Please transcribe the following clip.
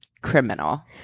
criminal